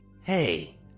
hey